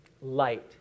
light